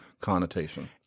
connotation